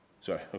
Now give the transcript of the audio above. Sorry